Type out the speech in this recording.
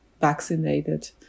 vaccinated